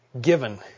given